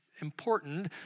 important